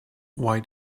why